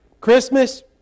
Christmas